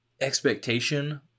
expectation